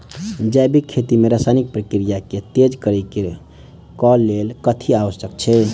जैविक खेती मे रासायनिक प्रक्रिया केँ तेज करै केँ कऽ लेल कथी आवश्यक छै?